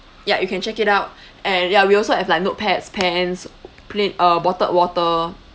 ya you can check it out and ya we also have like notepads pens plain uh bottled water